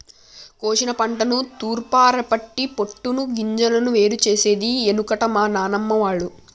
కోశిన పంటను తూర్పారపట్టి పొట్టును గింజలను వేరు చేసేది ఎనుకట మా నానమ్మ వాళ్లు